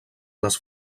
les